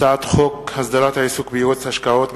הצעת חוק הסדרת העיסוק בייעוץ השקעות,